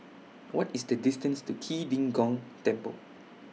What IS The distance to Key De Gong Temple